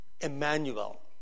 Emmanuel